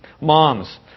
Moms